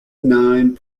nine